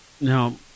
Now